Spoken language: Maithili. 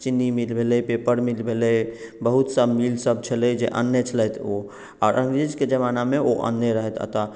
चीनी मील भेलै पेपर मील भेलै बहुत सा मील सब छलै जे आनने छलथि ओ आओर अंग्रेजके जमानामे ओ आनने रहैत एतए